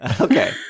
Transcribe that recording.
Okay